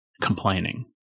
complaining